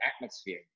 atmosphere